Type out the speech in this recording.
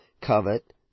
covet